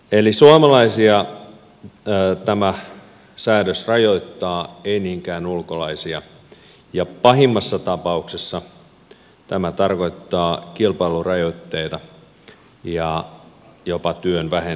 eli suomalaisia tämä säädös rajoittaa ei niinkään ulkolaisia ja pahimmassa tapauksessa tämä tarkoittaa kilpailurajoitteita ja jopa työn vähenemistä suomesta